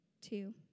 two